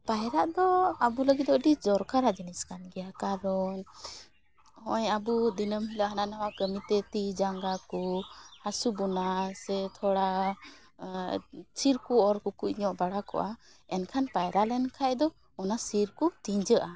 ᱯᱟᱭᱨᱟᱜᱫᱚ ᱟᱵᱚ ᱞᱟᱹᱜᱤᱫ ᱫᱚ ᱟᱹᱰᱤ ᱫᱚᱨᱠᱟᱨᱟᱜ ᱡᱤᱱᱤᱥᱠᱟᱱ ᱜᱮᱭᱟ ᱠᱟᱨᱚᱱ ᱦᱚᱜᱼᱚᱸᱭ ᱟᱵᱚ ᱫᱤᱱᱟᱹᱢ ᱦᱤᱞᱟᱹᱜ ᱦᱟᱱᱟ ᱱᱟᱣᱟ ᱠᱟᱹᱢᱤᱛᱮ ᱛᱤ ᱡᱟᱸᱜᱟ ᱠᱚ ᱦᱟᱥᱩᱵᱚᱱᱟ ᱥᱮ ᱛᱷᱚᱲᱟ ᱥᱤᱨᱠᱩ ᱚᱨ ᱠᱩᱠᱩᱡᱧᱚᱜ ᱵᱟᱲᱟᱠᱚᱜᱼᱟ ᱮᱱᱠᱷᱟᱱ ᱯᱟᱭᱨᱟ ᱞᱮᱱ ᱠᱷᱟᱡ ᱫᱚ ᱚᱱᱟ ᱥᱤᱨᱠᱩ ᱛᱤᱸᱡᱟᱹᱜᱼᱟ